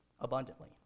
abundantly